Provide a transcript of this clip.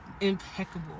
Impeccable